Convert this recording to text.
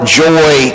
joy